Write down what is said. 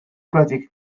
gwledig